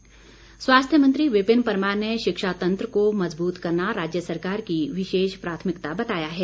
परमार स्वास्थ्य मंत्री विपिन परमार ने शिक्षा तंत्र को मजबूत करना राज्य सरकार की विशेष प्राथमिकता बताया है